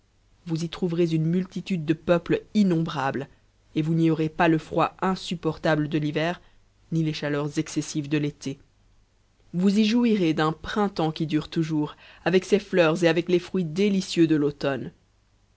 vous y trouverez une multitude de up c innombrable et vous n'y aurez pas le froid insupportable de r lj er ni les chaleurs excessives de l'été vous y jouirez d'un printemps qui jm e toujours avec ses fleurs et avec les fruits délicieux de l'automne